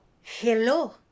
hello